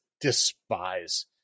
despise